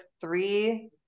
three